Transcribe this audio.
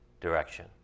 direction